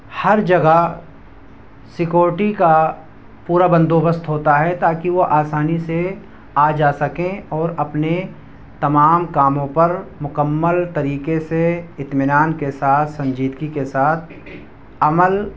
ہر جگہ سکورٹی کا پورا بند و بست ہوتا ہے تاکہ وہ آسانی سے آ جا سکیں اور اپنے تمام کاموں پر مکمل طریقے سے اطمینان کے ساتھ سنجیدگی کے ساتھ عمل